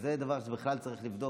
וזה דבר שצריך לבדוק,